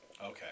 Okay